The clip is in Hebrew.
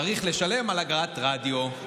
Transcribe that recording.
צריך לשלם אגרת רדיו.